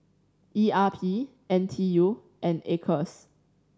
E R P N T U and Acres